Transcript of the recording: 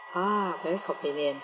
ah very convenient